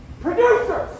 Producers